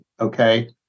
okay